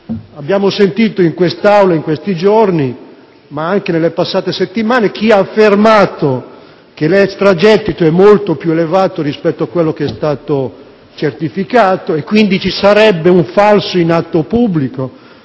Abbiamo sentito in Aula in questi giorni, ma anche nelle passate settimane, chi ha affermato che l'extragettito è molto più elevato rispetto a quello certificato e quindi ci sarebbe un falso in atto pubblico